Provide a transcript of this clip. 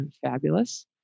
fabulous